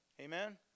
Amen